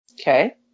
Okay